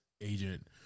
agent